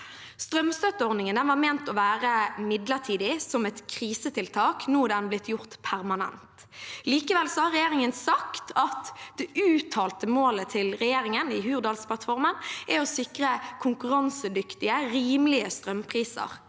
Strømstøtteordningen var ment å være midlertidig, som et krisetiltak. Nå er den blitt gjort permanent. Likevel har regjeringen sagt at det uttalte målet i Hurdalsplattformen er å sikre konkurransedyktige, rimelige strømpriser.